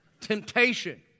Temptation